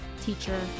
teacher